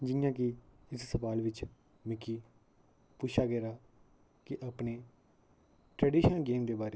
जियां कि इस सोआल बिच मिगी पुच्छा गेदा कि अपने ट्रडीशनल गेम दे बारै च सनाओ